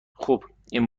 خوب، این